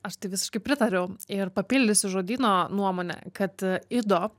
aš tai visiškai pritariu ir papildysiu žodyno nuomone kad ido